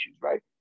right